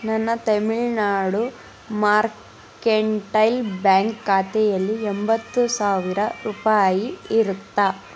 ನನ್ನ Tamil Nadu mercantile bank ಖಾತೆಯಲ್ಲಿ ಎಂಬತ್ತು ಸಾವಿರ ರೂಪಾಯಿ ಇರತ್ತಾ